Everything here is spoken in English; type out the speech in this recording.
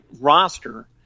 roster